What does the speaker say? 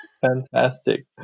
Fantastic